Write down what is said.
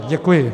Děkuji.